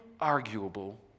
arguable